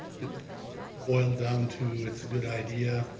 it boiled down to it's a good idea,